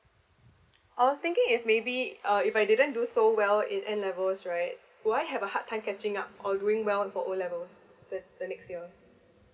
I was thinking if maybe uh if I didn't do so well in N levels right do I have a hard time catching up or doing well for O levels the the next year